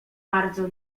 bardzo